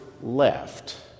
left